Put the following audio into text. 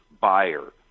buyer